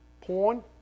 porn